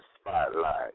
Spotlight